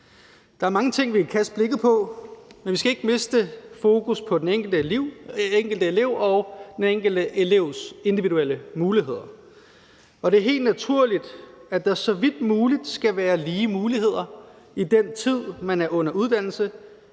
Der er mange ting, vi kan kaste blikket på, men vi skal ikke miste fokus på den enkelte elev og den enkelte elevs individuelle muligheder. Det er helt naturligt, at der så vidt muligt skal være lige muligheder i den tid, man er under uddannelse,